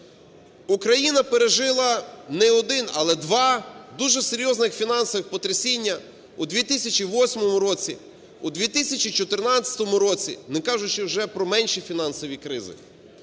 Україна пережила не один, але два дуже серйозних фінансових потрясіння у 2008 році, у 2014 році, не кажучи вже про менші фінансові кризи.